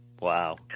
Wow